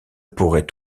pourrait